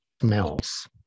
smells